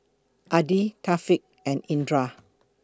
Adi Thaqif and Indra